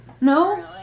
No